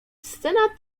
scena